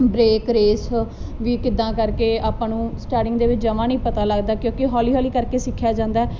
break race ਵੀ ਕਿੱਦਾਂ ਕਰਕੇ ਆਪਾਂ ਨੂੰ ਸਟਾਰਟਿੰਗ ਦੇ ਵਿੱਚ ਜਮਾ ਨਹੀਂ ਪਤਾ ਲੱਗਦਾ ਕਿਉਂਕਿ ਹੋਲੀ ਹੋਲੀ ਕਰਕੇ ਸਿਖਿਆ ਜਾਂਦਾ